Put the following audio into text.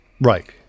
Right